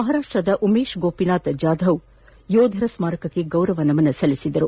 ಮಹಾರಾಷ್ಟದ ಉಮೇಶ್ ಗೋಪಿನಾಥ್ ಜಾದವ್ ಅವರು ಯೋಧರ ಸ್ಮಾರಕಕ್ಕೆ ಗೌರವ ನಮನ ಸಲ್ಲಿಸಿದರು